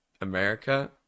America